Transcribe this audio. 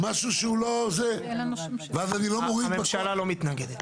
אז בוודאי לא יצטרכו בכל מקרה.